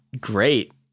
great